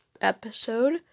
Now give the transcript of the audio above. episode